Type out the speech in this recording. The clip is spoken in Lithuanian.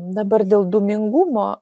dabar dėl dūmingumo